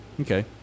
Okay